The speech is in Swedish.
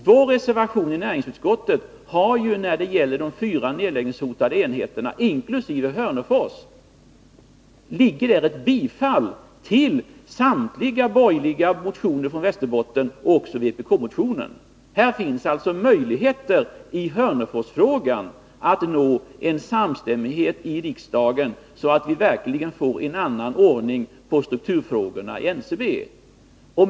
Vår reservation i näringsutskottet när det gäller de fyra nedläggningshotade enheterna innebär ett bifall till samtliga borgerliga motioner från Västerbotten och även till vpk-motionen. Det finns alltså en möjlighet att i Hörneforsfrågan nå samstämmighet i riksdagen, så att vi verkligen får en annan ordning på strukturfrågorna i NCB.